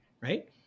right